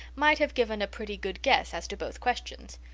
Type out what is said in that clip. might have given a pretty good guess as to both questions.